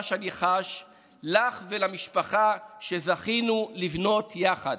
שאני רוחש לך ולמשפחה שזכינו לבנות יחד.